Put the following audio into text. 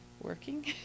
working